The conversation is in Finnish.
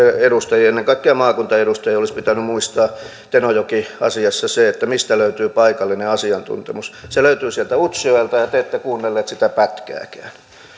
edustajien ennen kaikkea maakuntaedustajien olisi pitänyt muistaa tenojoki asiassa se mistä löytyy paikallinen asiantuntemus se löytyy sieltä utsjoelta ja te ette kuunnelleet sitä pätkääkään